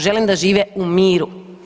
Želim da žive u miru.